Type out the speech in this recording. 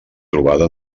trobada